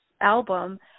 album